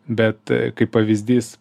bet kaip pavyzdys